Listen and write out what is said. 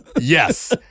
Yes